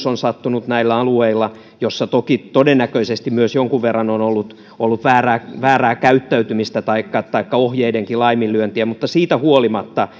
on sattunut näillä alueilla yksi ikävä onnettomuus jossa toki todennäköisesti myös jonkun verran on ollut ollut väärää väärää käyttäytymistä taikka taikka ohjeidenkin laiminlyöntiä mutta siitä huolimatta